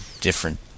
different